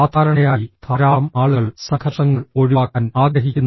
സാധാരണയായി ധാരാളം ആളുകൾ സംഘർഷങ്ങൾ ഒഴിവാക്കാൻ ആഗ്രഹിക്കുന്നു